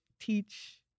teach